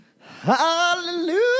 Hallelujah